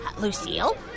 Lucille